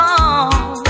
on